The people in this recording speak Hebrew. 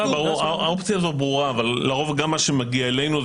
האופציה הזאת ברורה אבל לרוב הפנייה שמגיעה אלינו,